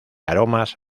aromas